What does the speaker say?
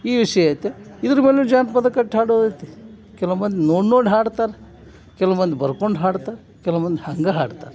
ಈ ವಿಷಯ ಐತೆ ಇದ್ರ ಮೇಲೂ ಜಾನಪದ ಕಟ್ಟಿ ಹಾಡೋದು ಐತಿ ಕೆಲವು ಮಂದಿ ನೋಡಿ ನೋಡಿ ಹಾಡ್ತಾರ ಕೆಲವು ಮಂದಿ ಬರ್ಕೊಂಡು ಹಾಡ್ತಾರ ಕೆಲವು ಮಂದಿ ಹಂಗೇ ಹಾಡ್ತಾರೆ